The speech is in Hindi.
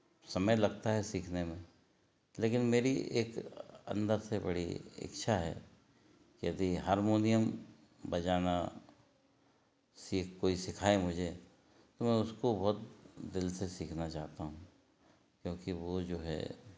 समय लगता है सीखने में लेकिन मेरी एक अंदर से बड़ी इच्छा है यदि हारमोनियम बजाना सीख कोई सिखाए मुझे तो मैं उसको बहुत दिल से सीखना चाहता हूँ क्योंकि वो जो है